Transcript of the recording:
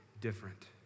different